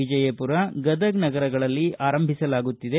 ವಿಜಯಪುರ ಗದಗ ನಗರಗಳಲ್ಲಿ ಆರಂಭಿಸಲಾಗುತ್ತಿದೆ